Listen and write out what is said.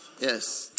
Yes